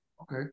Okay